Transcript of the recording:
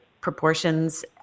proportions